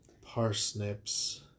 parsnips